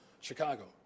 Chicago